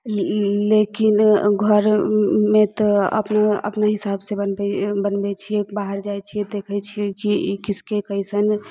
ई लेकिन घरमे तऽ अपने अपने हिसाबसँ बनबय बनबय छियै बाहर जाइ छियै देखय छियै ई किसके कैसन